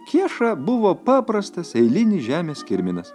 kieša buvo paprastas eilinis žemės kirminas